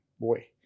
boy